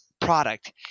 product